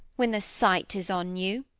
when the sight is on you?